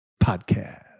Podcast